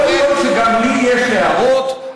יכול להיות שגם לי יש הערות,